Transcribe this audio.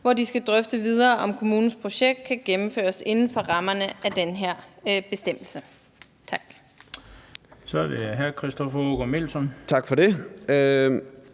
hvor de skal drøfte videre, om kommunens projekt kan gennemføres inden for rammerne af den her bestemmelse. Tak. Kl. 17:37 Den fg. formand (Bent Bøgsted): Så er det